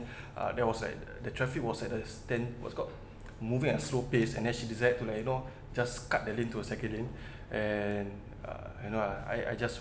that was like the traffic was at it's ten~ what's called moving and slow pace and then she decided to like you know just cut the lane into uh second lane and uh you know I I just